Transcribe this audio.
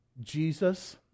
Jesus